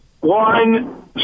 one